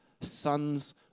sons